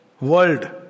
world